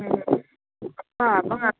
ꯎꯝ ꯑꯄꯥꯕ ꯉꯥꯛ